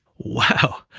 wow,